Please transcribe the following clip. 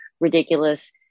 ridiculous